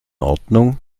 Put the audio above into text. ordnung